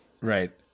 Right